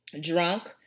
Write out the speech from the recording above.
drunk